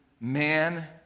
man